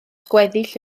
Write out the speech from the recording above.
gweddill